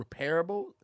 repairable